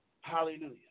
Hallelujah